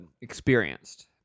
experienced